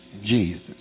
Jesus